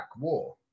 war